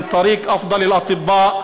או בבתי-חולים מחוץ למדינה.